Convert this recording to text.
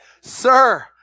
sir